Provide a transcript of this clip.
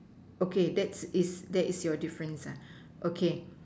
okay that is that is your difference ah okay